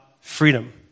freedom